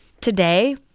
Today